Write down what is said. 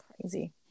Crazy